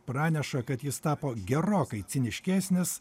praneša kad jis tapo gerokai ciniškesnis